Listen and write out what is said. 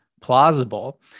Plausible